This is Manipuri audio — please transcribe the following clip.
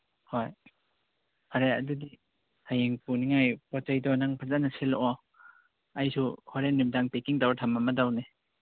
ꯍꯣꯏ ꯐꯔꯦ ꯑꯗꯨꯗꯤ ꯍꯌꯦꯡ ꯄꯨꯅꯤꯉꯥꯏ ꯄꯣꯠ ꯆꯩꯗꯣ ꯅꯪ ꯐꯖꯅ ꯁꯤꯜꯂꯛꯑꯣ ꯑꯩꯁꯨ ꯍꯣꯔꯦꯟ ꯅꯨꯃꯤꯗꯥꯡ ꯄꯦꯀꯤꯡ ꯇꯧꯔ ꯊꯃꯝꯃꯗꯧꯅꯤ